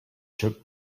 took